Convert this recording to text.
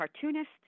cartoonists